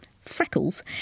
Freckles